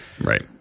Right